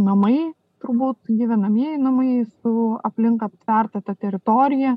namai turbūt gyvenamieji namai su aplink aptverta ta teritorija